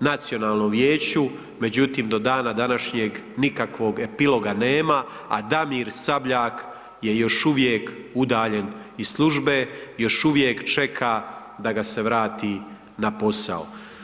Nacionalnom vijeću, međutim, do dana današnjeg nikakvog epiloga nema, a Damir Sabljak je još uvijek udaljen iz službe, još uvijek čeka da ga se vrati na posao.